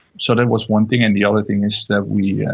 so that was one thing. and the other thing is that we, yeah